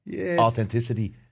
authenticity